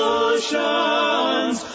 oceans